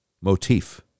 motif